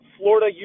Florida